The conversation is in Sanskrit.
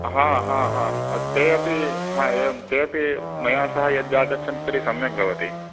ते अपि एवं ते अपि मया सह यत् आगच्छन्ति तर्हि सम्यक् भवति